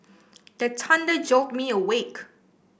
the thunder jolt me awake